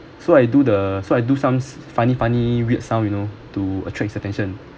so I do the so I do some funny funny weird sound you know to attract attention